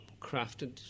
crafted